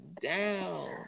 down